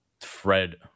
fred